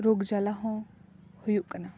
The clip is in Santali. ᱨᱳᱜᱽ ᱡᱟᱞᱟ ᱦᱚᱸ ᱦᱩᱭᱩᱜ ᱠᱟᱱᱟ